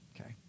Okay